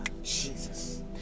Jesus